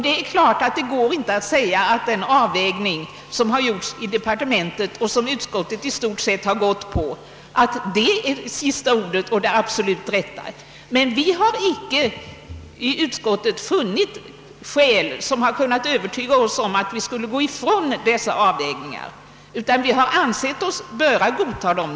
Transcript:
Det är ju inte möjligt att avgöra om den avvägning som gjorts av departementet och som utskottet i stort sett godtagit är den absolut riktiga. Men vi har icke i utskottet funnit skäl för att gå ifrån dessa avvägningar, utan vi har ansett oss böra godta dem.